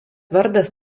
vardas